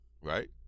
right